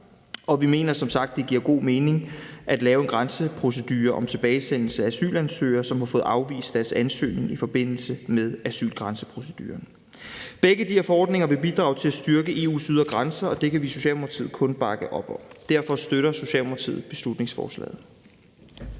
og vi mener som sagt, det giver god mening at lave en grænseprocedure om tilbagesendelse af asylansøgere, som har fået afvist deres ansøgning i forbindelse med asylgrænseproceduren. Begge de her forordninger vil bidrage til at styrke EU's ydre grænser, og det kan vi i Socialdemokratiet kun bakke op om. Derfor støtter Socialdemokratiet beslutningsforslaget.